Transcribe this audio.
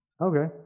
Okay